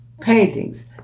paintings